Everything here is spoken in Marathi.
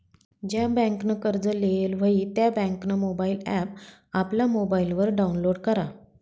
ज्या बँकनं कर्ज लेयेल व्हयी त्या बँकनं मोबाईल ॲप आपला मोबाईलवर डाऊनलोड करा